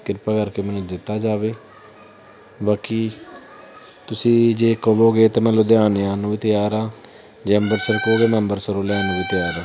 ਕਿਰਪਾ ਕਰਕੇ ਮੈਨੂੰ ਦਿੱਤਾ ਜਾਵੇ ਬਾਕੀ ਤੁਸੀਂ ਜੇ ਕਹੋਗੇ ਤਾਂ ਮੈਂ ਲੁਧਿਆਣੇ ਆਉਣ ਨੂੰ ਵੀ ਤਿਆਰ ਹਾਂ ਜੇ ਅੰਬਰਸਰ ਕਹੋਗੇ ਮੈਂ ਅੰਬਰਸਰੋਂ ਲੈਣ ਨੂੰ ਵੀ ਤਿਆਰ ਹਾਂ